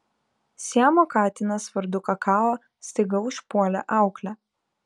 siamo katinas vardu kakao staiga užpuolė auklę